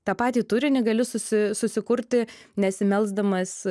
tą patį turinį gali susi susikurti nesimelsdamas